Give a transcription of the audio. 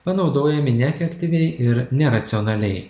panaudojami neefektyviai ir neracionaliai